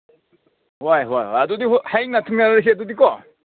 ꯍꯣꯏ ꯍꯣꯏ ꯍꯣꯏ ꯑꯗꯨꯗꯤ ꯍꯌꯦꯡꯗ ꯊꯦꯡꯅꯔꯁꯤ ꯑꯗꯨꯗꯤꯀꯣ